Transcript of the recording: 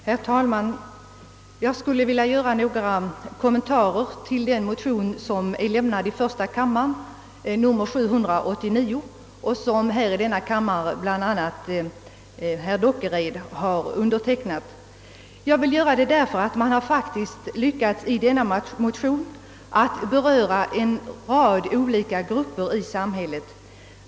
Herr talman! Jag skulle vilja göra några kommentarer till motionsparet nr 789 i första kammaren och 965 i denna kammare; här i kammaren står bl.a. herr Dockered som undertecknare. I dessa motioner har man nämligen lyckats beröra en rad olika frågor i samhället.